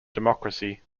democracy